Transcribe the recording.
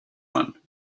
one